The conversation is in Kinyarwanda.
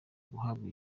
guhabwa